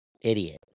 idiot